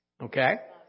Okay